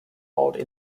old